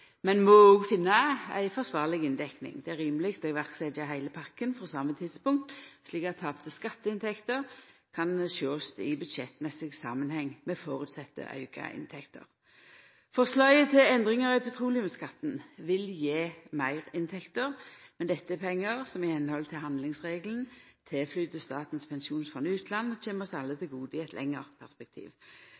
men ein må òg finna ei forsvarleg inndekning. Det er rimeleg å setja heile pakken i verk frå same tidspunktet, slik at tapte skatteinntekter kan sjåast i budsjettsamanheng – under føresetnad av auka inntekter. Forslaget til endringar i petroleumsskatten vil gje meirinntekter, men dette er pengar som etter handlingsregelen går til Statens pensjonsfond utland, og kjem oss alle til gode i eit lenger perspektiv.